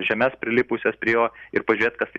žemes prilipusias prie jo ir pažiūrėt kas tai